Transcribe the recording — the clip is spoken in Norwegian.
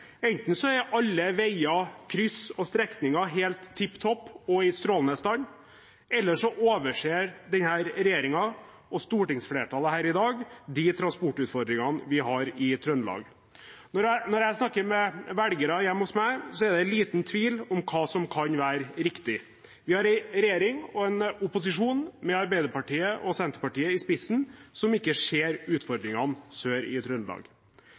Enten er alle veier, kryss og strekninger helt tipp topp og i strålende stand, eller så overser denne regjeringen og stortingsflertallet i dag de transportutfordringene vi har i Trøndelag. Når jeg snakker med velgere hjemme hos meg, er det liten tvil om hva som kan være riktig. Vi har en regjering og en opposisjon, med Arbeiderpartiet og Senterpartiet i spissen, som ikke ser utfordringene sør i Trøndelag.